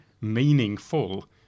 meaningful